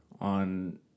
on